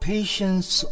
Patience